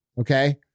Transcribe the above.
okay